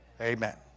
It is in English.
Amen